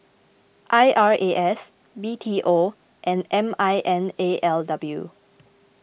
I R A S B T O and M I N L A W